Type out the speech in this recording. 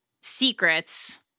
secrets